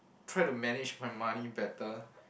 try to manage my money better